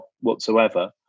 whatsoever